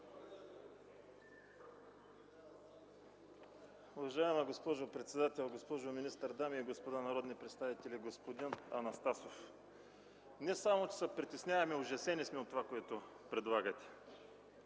Уважаема госпожо председател, госпожо министър, дами господа народни представители! Господин Анастасов, не само че се притесняваме, ужасени сме от това, което предлагате.